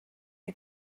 you